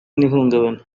n’ihungabana